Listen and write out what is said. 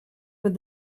with